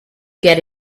get